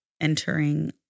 entering